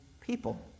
people